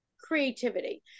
creativity